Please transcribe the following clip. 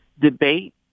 debate